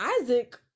Isaac